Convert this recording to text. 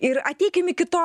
ir ateikim į kito